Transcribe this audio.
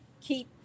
keep